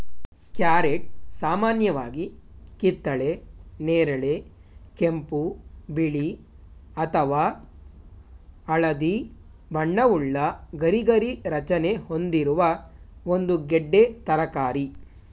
carrot ಸಾಮಾನ್ಯವಾಗಿ ಕಿತ್ತಳೆ ನೇರಳೆ ಕೆಂಪು ಬಿಳಿ ಅಥವಾ ಹಳದಿ ಬಣ್ಣವುಳ್ಳ ಗರಿಗರಿ ರಚನೆ ಹೊಂದಿರುವ ಒಂದು ಗೆಡ್ಡೆ ತರಕಾರಿ